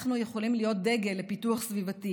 אנחנו יכולים להיות דגל לפיתוח סביבתי.